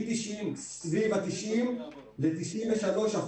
מסביב ה-90% ל-93%.